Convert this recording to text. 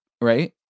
right